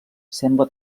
sembla